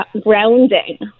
grounding